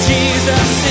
Jesus